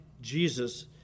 Jesus